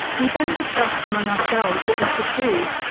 we then discussed among ourselves what we should do.